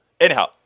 Anyhow